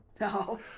No